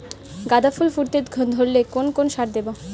গাদা ফুল ফুটতে ধরলে কোন কোন সার দেব?